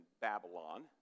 Babylon